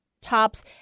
tops